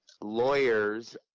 lawyers